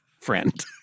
friend